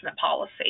policy